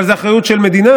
אבל זו אחריות של מדינה,